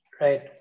Right